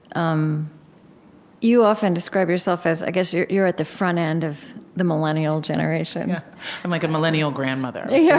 um you often describe yourself as i guess you're you're at the front end of the millennial generation i'm like a millennial grandmother you're a yeah